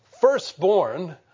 firstborn